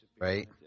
right